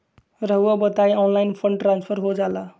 रहुआ बताइए online fund transfer हो जाला?